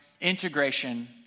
integration